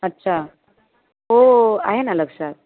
अच्छा हो हो आहे ना लक्षात